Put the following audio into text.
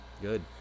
Good